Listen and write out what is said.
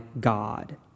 God